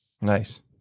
Nice